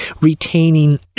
retaining